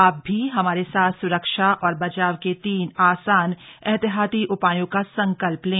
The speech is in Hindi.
आप भी हमारे साथ सुरक्षा और बचाव के तीन आसान एहतियाती उपायों का संकल्प लें